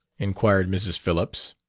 inquired mrs. phillips,